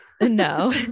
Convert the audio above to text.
No